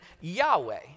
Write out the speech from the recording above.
Yahweh